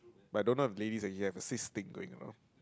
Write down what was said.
but I don't know if ladies actually have a sis thing going or not